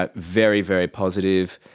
but very, very positive,